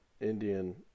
Indian